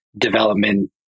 development